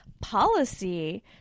policy